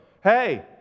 Hey